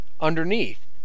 underneath